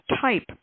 type